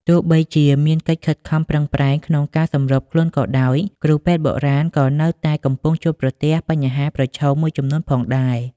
ទោះបីជាមានកិច្ចខិតខំប្រឹងប្រែងក្នុងការសម្របខ្លួនក៏ដោយ គ្រូពេទ្យបុរាណក៏នៅតែកំពុងជួបប្រទះបញ្ហាប្រឈមមួយចំនួនផងដែរ។